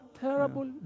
terrible